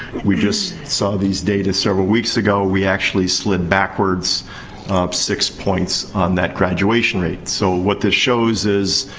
we just saw these data several weeks ago. we actually slid backwards six points on that graduation rate. so, what this shows is,